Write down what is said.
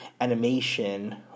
animation